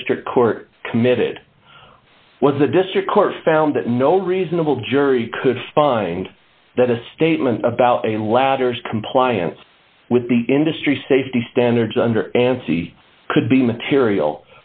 district court committed was the district court found that no reasonable jury could find that a statement about a latter's compliance with the industry safety standards under ansi could be material